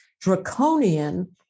draconian